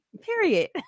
Period